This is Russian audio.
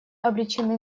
обречены